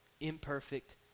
imperfect